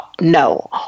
No